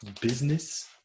business